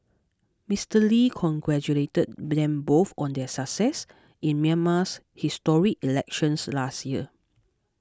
Mister Lee congratulated them both on their success in Myanmar's historic elections last year